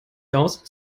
aus